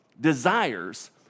Desires